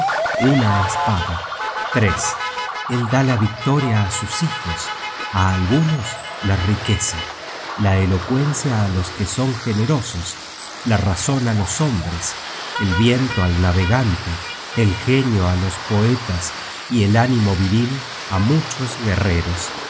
una espada el da la victoria á sus hijos á algunos la riqueza la elocuencia á los que son generosos la razon á los hombres el viento al navegante el genio á los poetas y el ánimo viril á muchos guerreros